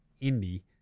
Indy